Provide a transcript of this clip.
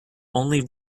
only